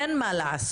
אין מה לעשות,